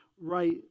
right